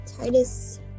Titus